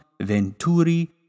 venturi